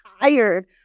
tired